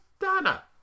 Donna